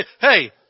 hey